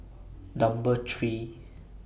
Number three